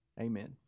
Amen